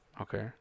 Okay